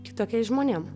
kitokiais žmonėm